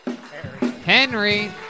Henry